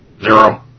Zero